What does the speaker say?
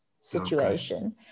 situation